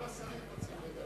כל השרים רוצים לדבר.